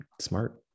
smart